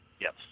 Yes